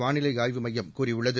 வானிலை ஆய்வுமையம் கூறியுள்ளது